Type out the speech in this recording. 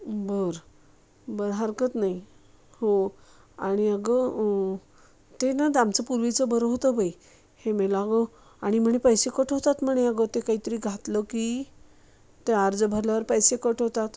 बरं बरं हरकत नाही हो आणि अगं ते ना तर आमचं पूर्वीचं बरं होतं बाई हे मेलं अगं आणि म्हणे पैसे कट होतात म्हणे अगं ते काहीतरी घातलं की ते अर्ज भरल्यावर पैसे कट होतात